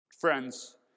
Friends